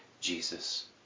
Jesus